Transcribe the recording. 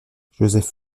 joseph